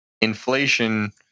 inflation